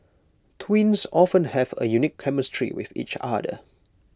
twins often have A unique chemistry with each other